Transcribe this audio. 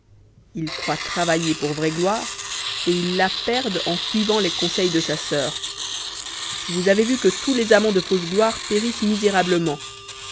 ils croient travailler pour vraie gloire et ils la perdent en suivant les conseils de sa sœur vous avez vu que tous les amants de fausse gloire périssent misérablement